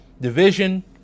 Division